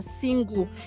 single